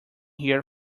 here